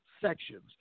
sections